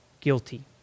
guilty